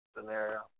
scenario